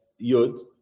Yud